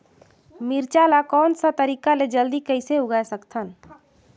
मिरचा ला कोन सा तरीका ले जल्दी कइसे उगाय सकथन?